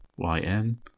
yn